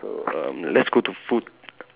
so uh let's go to food